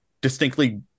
distinctly